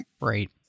right